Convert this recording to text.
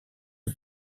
est